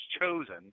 chosen